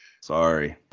Sorry